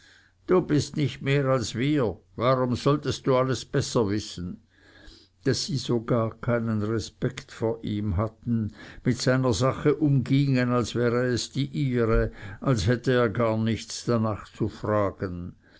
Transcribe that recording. du bist nicht mehr als wir warum solltest du das besser wissen daß sie so gar keinen respekt vor ihm hatten mit seiner sache um gingen als wäre sie die ihre als hätte er gar nichts darnach zu fragen